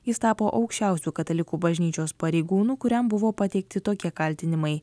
jis tapo aukščiausiu katalikų bažnyčios pareigūnu kuriam buvo pateikti tokie kaltinimai